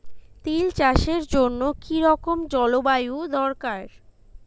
তিল চাষের জন্য কি রকম জলবায়ু দরকার?